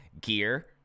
gear